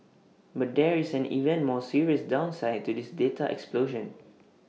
but there is an even more serious downside to this data explosion